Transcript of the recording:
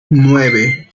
nueve